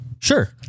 Sure